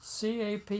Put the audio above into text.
cap